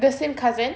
the same cousin